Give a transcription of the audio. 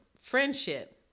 friendship